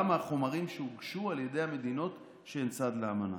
מהחומרים שהוגשו על ידי המדינות שהן צד לאמנה.